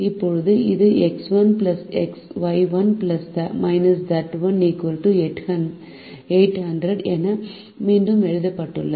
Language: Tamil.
இப்போது இது X1 Y1 Z1 800 என மீண்டும் எழுதப்பட்டுள்ளது